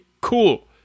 cool